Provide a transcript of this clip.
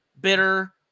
bitter